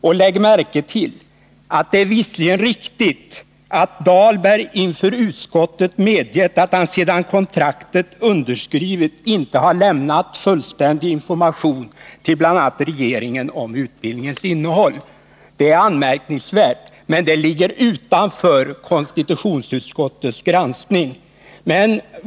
Det är riktigt att Benkt Dahlberg inför utskottet medgett att han sedan kontraktet underskrivits inte har lämnat fullständig information till bl.a. regeringen om utbildningens Nr 145 innehåll, och detta är anmärkningsvärt, men det ligger utanför konstitutions Onsdagen den utskottets granskning.